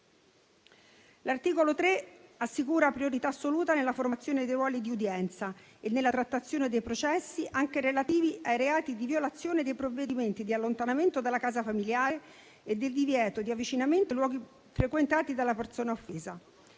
L'articolo 3 assicura priorità assoluta nella formazione dei ruoli di udienza e nella trattazione dei processi, anche relativi ai reati di violazione dei provvedimenti di allontanamento dalla casa familiare e del divieto di avvicinamento ai luoghi frequentati dalla persona offesa,